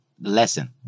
lesson